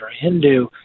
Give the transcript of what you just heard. Hindu